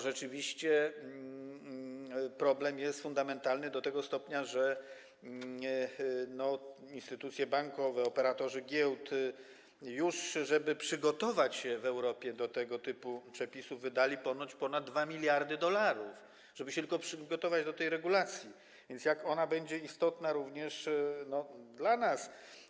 Rzeczywiście problem jest fundamentalny do tego stopnia, że instytucje bankowe, operatorzy giełd, żeby przygotować się w Europie do tego typu przepisów, wydali już ponoć ponad 2 mld dolarów, żeby się tylko przygotować do tej regulacji, a więc jak ona będzie istotna również dla nas.